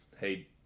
hey